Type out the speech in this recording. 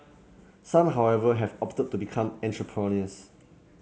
some however have opted to become entrepreneurs